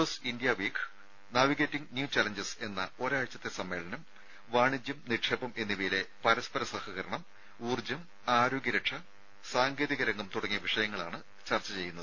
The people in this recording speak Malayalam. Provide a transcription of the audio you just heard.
S India week navigating new challenges എന്ന ഒരാഴ്ചത്തെ സമ്മേളനം വാണിജ്യം നിക്ഷേപം എന്നിവയിലെ പരസ്പര സഹകരണം ഊർജ്ജം ആരോഗ്യ രക്ഷ സാങ്കേതിക രംഗം തുടങ്ങിയ വിഷയങ്ങളാണ് ചർച്ച ചെയ്യുന്നത്